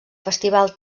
festival